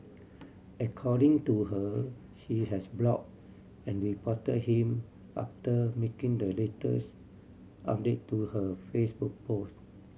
according to her she has block and report him after making the latest update to her Facebook post